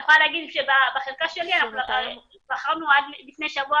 אני יכולה להגיד שבחלקה שלי בחרנו לפני שבוע